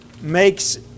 makes